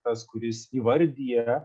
tas kuris įvardija